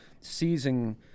seizing